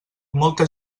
molta